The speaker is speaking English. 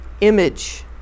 image